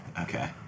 Okay